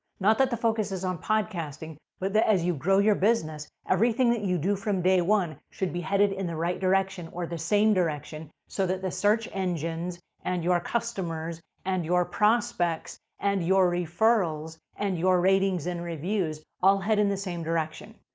not that the focus is on podcasting, but that as you grow your business, everything that you do from day one should be headed in the right direction or the same direction, so that the search engines, and your customers, and your prospects, and your referrals, and your ratings and reviews all head in the same direction.